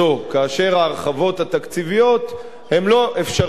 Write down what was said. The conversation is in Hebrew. כאשר ההרחבות התקציביות הן לא אפשרויות,